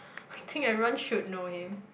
I think everyone should know him